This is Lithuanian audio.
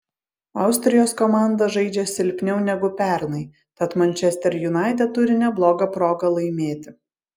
austrijos komanda žaidžia silpniau negu pernai tad manchester united turi neblogą progą laimėti